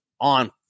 on